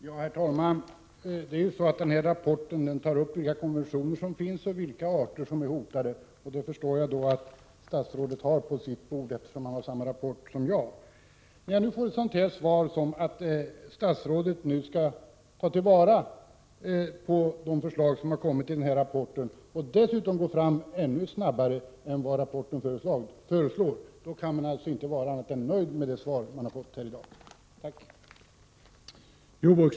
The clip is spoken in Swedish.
Herr talman! Rapporten i fråga tar upp vilka konventioner som finns och vilka arter som är hotade. Jag förstår att statsrådet också har dessa uppgifter på sitt bord, eftersom han har samma rapport som jag. När jag nu får svaret att statsrådet skall ta till vara de förslag som har kommit i denna rapport och dessutom tänker gå fram ännu snabbare än vad rapporten föreslår, kan jag inte vara annat än nöjd med det svar jag har fått här i dag. Tack för svaret!